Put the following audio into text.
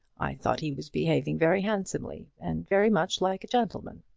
i thought he was behaving very handsomely, and very much like a gentleman.